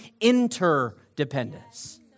interdependence